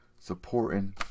supporting